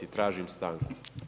Tražim stanku.